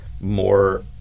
more